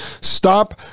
Stop